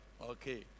Okay